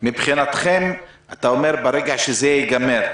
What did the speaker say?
מבחינתכם אתה אומר: ברגע שזה ייגמר.